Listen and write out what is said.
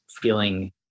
feeling